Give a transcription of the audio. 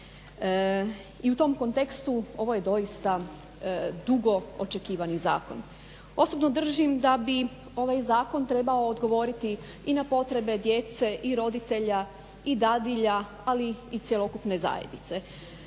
i u tom kontekstu ovo je doista dugo očekivani zakon. Osobno držim da bi ovaj zakon trebao odgovoriti i na potrebe djece i roditelja i dadilja, ali i cjelokupne zajednice.